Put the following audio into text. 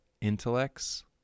intellects